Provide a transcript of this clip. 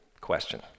question